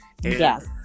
yes